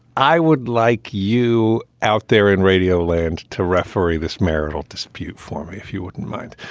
i would like you out there in radio land to referee this marital dispute for me if you wouldn't mind.